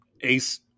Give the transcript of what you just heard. Ace